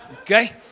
Okay